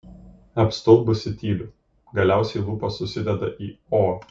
apstulbusi tyliu galiausiai lūpos susideda į o